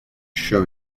show